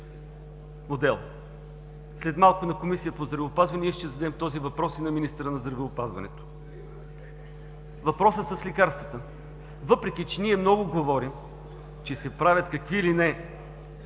След малко на Комисията по здравеопазване ще зададем този въпрос на министъра на здравеопазването. Въпросът с лекарствата. Въпреки че много говорим, че се правят какви ли не